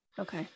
Okay